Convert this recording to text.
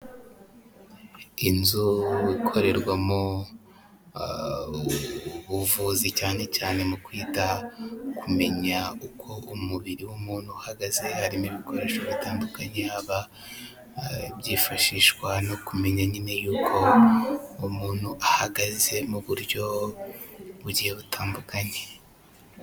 Inzu ikorerwamo ubuvuzi cyane cyane mu kwita kumenya uko umubiri w'umuntu uhagaze, harimo ibikoresho bitandukanye, haba ibyifashishwa mu kumenya nyine uko umuntu ahagaze mu buryo bugiye butandukanye.